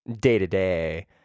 day-to-day